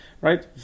right